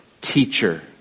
teacher